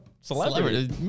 celebrity